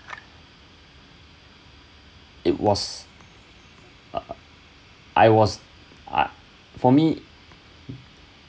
it was uh I was uh for me